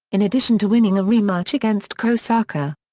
in addition to winning a rematch against kohsaka.